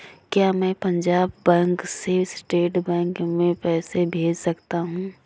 क्या मैं पंजाब बैंक से स्टेट बैंक में पैसे भेज सकता हूँ?